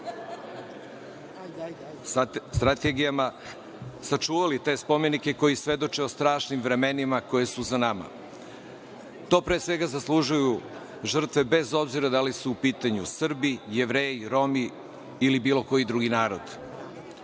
strategijama sačuvali spomenici koji svedoče o strašnim vremenima koja su za nama. To pre svega zaslužuju žrtve bez obzira da li su pitanju Srbi, Jevreji, Romi ili bilo koji drugi narod. Opšte